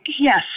Yes